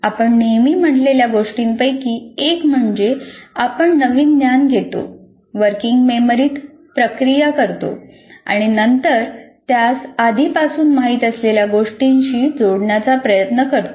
आपण नेहमी म्हटलेल्या गोष्टींपैकी एक म्हणजे आपण नवीन ज्ञान घेतो वर्किंग मेमरीत प्रक्रिया करतो आणि नंतर त्यास आधीपासून माहित असलेल्या गोष्टीशी जोडण्याचा प्रयत्न करतो